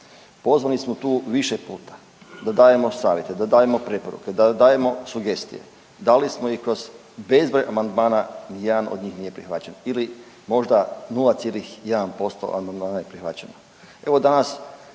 Pozvani smo tu više puta da dajemo savjete, da dajemo preporuke, da dajemo sugestije. Dali smo ih kroz bezbroj amandmana, ni jedan od njih nije prihvaćen ili možda 0,1% amandmana je prihvaćen.